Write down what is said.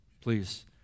Please